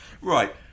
Right